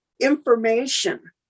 information